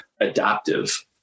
adaptive